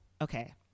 okay